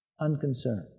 Unconcerned